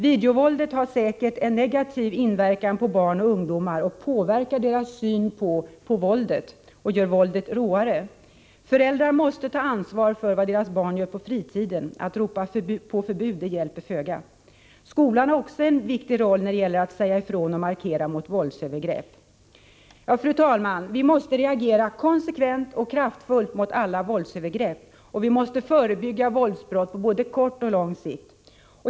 Videovåldet har säkerligen en negativ inverkan på barn och ungdomar och påverkar deras syn på våldet och gör våldet råare. Föräldrar måste ta ansvar för vad deras barn gör på fritiden — att ropa på förbud hjälper föga. Skolan har också en viktig roll när det gäller att säga ifrån och markera mot våldsövergrepp. Fru talman! Vi måste reagera konsekvent och kraftfullt mot alla våldsöver grepp, och vi måste förebygga våldsbrott på såväl kort som lång sikt.